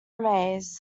maze